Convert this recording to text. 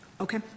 Okay